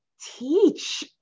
teach